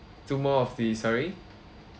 two more of the sorry